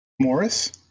Morris